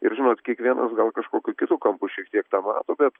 ir žinot kiekvienas gal kažkokiu kitu kampu šiek tiek tą mato bet